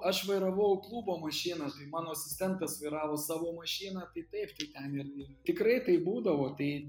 aš vairavau klubo mašiną tai mano asistentas vairavo savo mašiną tai taip tai ten ir ir tikrai taip būdavo tai